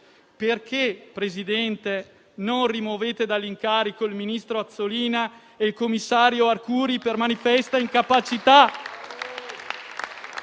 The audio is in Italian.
Perché, signor Presidente, non rimuovete dai loro incarichi il ministro Azzolina e il commissario Arcuri per manifesta incapacità?